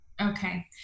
Okay